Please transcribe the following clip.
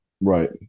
Right